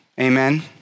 amen